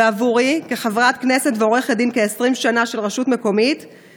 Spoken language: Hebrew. ועבורי כחברת כנסת ועורכת דין של רשות מקומית כ-20 שנה,